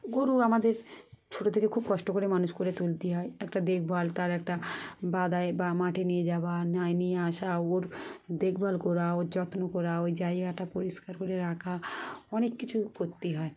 গরু আমাদের ছোট থেকে খুব কষ্ট করে মানুষ করে তুলতে হয় একটা দেখভাল তার একটা বাদায় বা মাঠে নিয়ে যাওয়া না নিয়ে আসা ওর দেখভাল করা ওর যত্ন করা ওই জায়গাটা পরিষ্কার করে রাখা অনেক কিছু করতে হয়